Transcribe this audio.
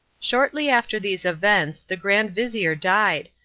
shortly after these events, the grand-vizir died,